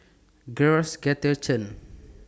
Chen